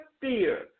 fear